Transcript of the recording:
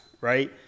right